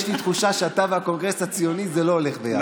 יש לי תחושה שאתה והקונגרס הציוני זה לא הולך ביחד.